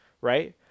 right